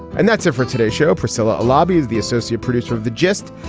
and that's it for today's show. priscilla lobbys, the associate producer of the gist,